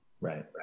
right